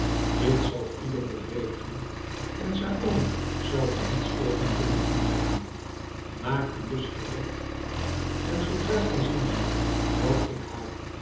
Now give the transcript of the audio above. dit zal ieder bevredigen en saony zal er niets tegen kunnen inbrengen maak u dus gereed en zoodra gij zien zult dat ik haar